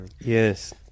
yes